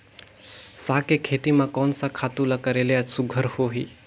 साग के खेती म कोन स खातु ल करेले सुघ्घर होही?